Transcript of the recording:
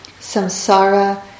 Samsara